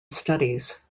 studies